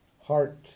heart